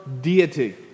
deity